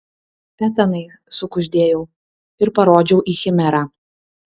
etanai sukuždėjau ir parodžiau į chimerą